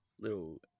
little